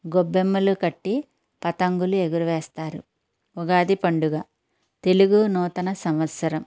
గొబ్బెమ్మలు కట్టి పతంగులు ఎగురవేస్తారు ఉగాది పండుగ తెలుగు నూతన సంవత్సరం